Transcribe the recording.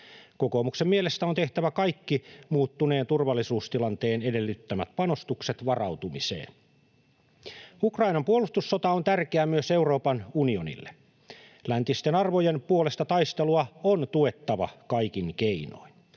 Kokoomuksen mielestä on tehtävä kaikki muuttuneen turvallisuustilanteen edellyttämät panostukset varautumiseen. Ukrainan puolustussota on tärkeä myös Euroopan unionille. Läntisten arvojen puolesta taistelua on tuettava kaikin keinoin.